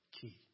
Key